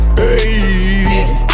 hey